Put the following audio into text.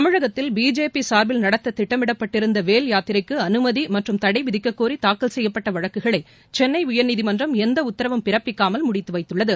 தமிழகத்தில் பிஜேபி சார்பில் நடத்த திட்டமிடப்பட்டிருந்த வேல் யாத்திரைக்கு அனுமதி மற்றும் தடைவிதிக்கக்கோரி தாக்கல் செய்யப்பட்ட வழக்குகளை சென்னை உயர்நீதிமன்றம் எந்த உத்தரவும் பிறப்பிக்காமல் முடித்து வைத்துள்ளது